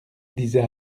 disait